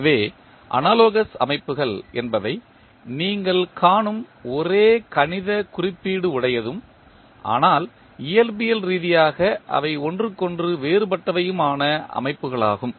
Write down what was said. எனவே அனாலோகஸ் அமைப்புகள் என்பவை நீங்கள் காணும் ஒரே கணித குறிப்பீடு உடையதும் ஆனால் இயற்பியல் ரீதியாக அவை ஒன்றுக்கொன்று வேறுபட்ட வையும் ஆன அமைப்புகளாகும்